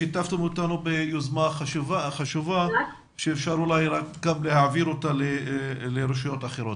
תודה ששיתפתם אותנו ביוזמה חשובה שאפשר אולי להעביר אותה לרשויות אחרות.